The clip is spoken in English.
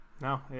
No